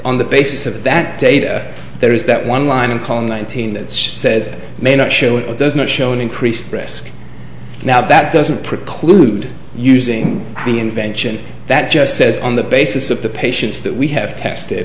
on the basis of that data there is that one line in column nineteen that says it may not show it does not show an increased risk now that doesn't preclude using the invention that just says on the basis of the patients that we have tested